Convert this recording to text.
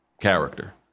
character